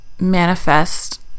manifest